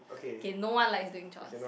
okay no one likes doing chores